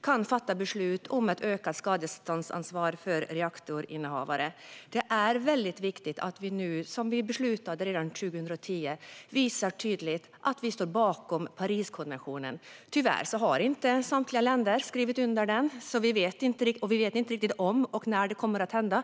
kan fatta beslut om ett ökat skadeståndsansvar för reaktorinnehavare. Det är väldigt viktigt att vi, som vi beslutade redan 2010, nu visar tydligt att vi står bakom Pariskonventionen. Tyvärr har inte samtliga länder skrivit under den, och vi vet inte riktigt om och när det i så fall kommer att hända.